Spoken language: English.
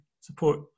support